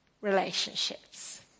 relationships